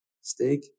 steak